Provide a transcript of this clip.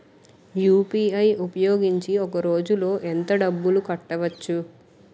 UPI ఉపయోగించి ఒక రోజులో ఎంత డబ్బులు కట్టవచ్చు?